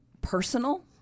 personal